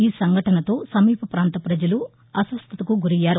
ఈ సంఘటనతో సమీప పాంత ప్రజలు అస్పస్టతకు గురయ్యారు